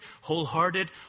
wholehearted